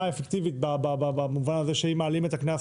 אפקטיבית במובן זה שאם מעלים את הקנס